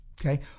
okay